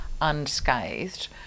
unscathed